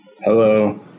Hello